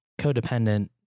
codependent